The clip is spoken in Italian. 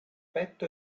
petto